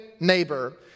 Neighbor